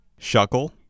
Shuckle